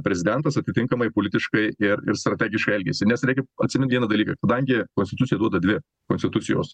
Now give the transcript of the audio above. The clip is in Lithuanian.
prezidentas atitinkamai politiškai ir ir strategiškai elgiasi nes reikia atsimint vieną dalyką kadangi konstitucija duoda dvi konstitucijos